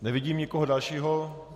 Nevidím nikoho dalšího.